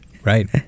right